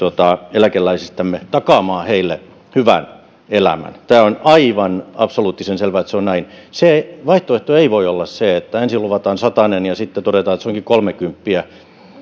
eläkeläisistämme takaamaan heille hyvän elämän on aivan absoluuttisen selvää että se on näin se vaihtoehto ei voi olla se että ensin luvataan satanen ja sitten todetaan että se onkin kolmekymppiä